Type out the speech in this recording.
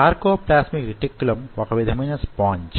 sarcoplasmic reticulum వొక విధమైన sponge